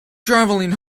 travelling